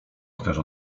chcesz